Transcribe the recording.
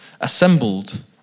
assembled